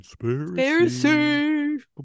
Conspiracy